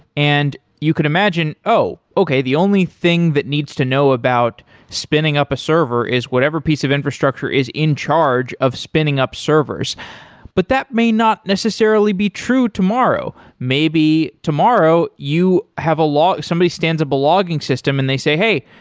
and you could imagine, oh okay, the only thing that needs to know about spinning up a server is whatever piece of infrastructure is in charge of spinning up servers but that may not necessarily be true tomorrow. maybe tomorrow, you have a somebody stands up a logging system and they say, hey,